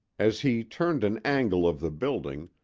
as he turned an angle of the building,